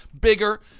bigger